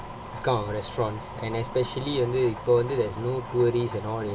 this kind of restaurants and especially until you go there is no tourist and all